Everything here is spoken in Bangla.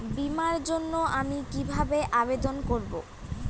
বিমার জন্য আমি কি কিভাবে আবেদন করব?